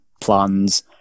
plans